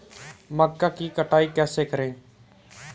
मक्का की कटाई कैसे करें?